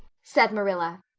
said marilla.